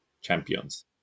champions